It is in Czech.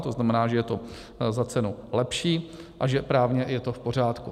To znamená, že je to za cenu lepší a že právně je to v pořádku.